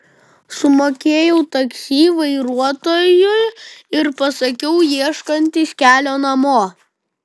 sumokėjau taksi vairuotojui ir pasakiau ieškantis kelio namo